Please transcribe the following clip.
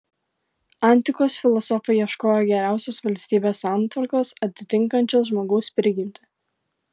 antikos filosofai ieškojo geriausios valstybės santvarkos atitinkančios žmogaus prigimtį